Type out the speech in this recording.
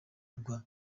rwa